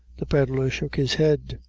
the pedlar shook his head.